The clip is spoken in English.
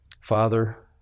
father